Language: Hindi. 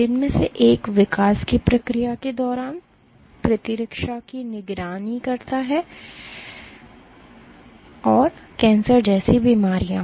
जिनमें से एक विकास की प्रक्रिया के दौरान है प्रतिरक्षा की निगरानी करता है और कैंसर जैसी बीमारियां